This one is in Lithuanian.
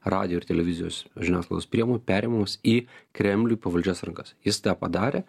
radijo ir televizijos žiniasklaidos priemonių perėjimas į kremliui pavaldžias rankas jis tą padarė